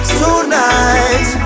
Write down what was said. tonight